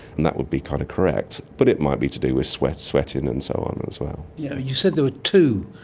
and that would be kind of correct, but it might be to do with sweating sweating and so on as well. yeah you said there were two.